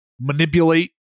manipulate